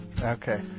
Okay